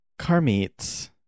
Carmeets